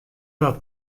dat